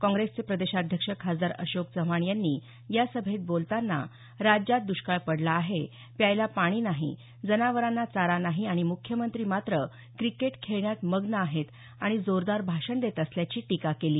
काँग्रेसचे प्रदेशाध्यक्ष खासदार अशोक चव्हाण यांनी या सभेत बोलताना राज्यात दष्काळ पडला आहे प्यायला पाणी नाही जनावरांना चारा नाही आणि मुख्यमंत्री मात्र क्रिकेट खेळण्यात मग्न आहेत आणि जोरदार भाषण देत असल्याची टीका केली